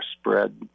spread